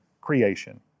creation